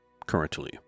currently